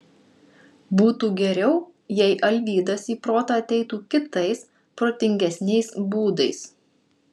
būtų geriau jei alvydas į protą ateitų kitais protingesniais būdais